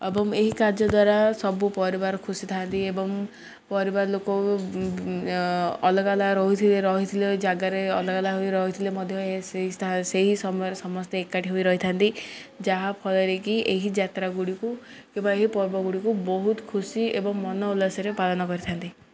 ଏବଂ ଏହି କାର୍ଯ୍ୟ ଦ୍ୱାରା ସବୁ ପରିବାର ଖୁସି ଥାନ୍ତି ଏବଂ ପରିବାର ଲୋକ ଅଲଗା ଅଲଗା ରହିଥିଲେ ରହିଥିଲେ ଜାଗାରେ ଅଲଗା ଅଲଗା ହୋଇ ରହିଥିଲେ ମଧ୍ୟ ସେହି ସମୟ ସମସ୍ତେ ଏକାଠି ହୋଇ ରହିଥାନ୍ତି ଯାହାଫଳରେ କି ଏହି ଯାତ୍ରା ଗୁଡ଼ିକୁ କିମ୍ବା ଏହି ପର୍ବ ଗୁଡ଼ିକୁ ବହୁତ ଖୁସି ଏବଂ ମନ ଉଲ୍ଲାସରେ ପାଳନ କରିଥାନ୍ତି